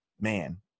man